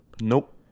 Nope